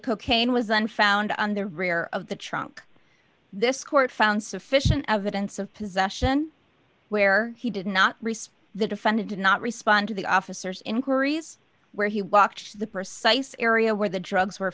cocaine was then found on the rear of the trunk this court found sufficient evidence of possession where he did not respond the defendant did not respond to the officers inquiries where he walked to the precise area where the drugs were